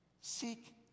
Seek